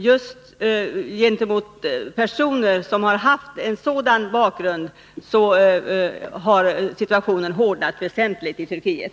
Just för personer som har en sådan bakgrund har situationen i Turkiet hårdnat väsentligt.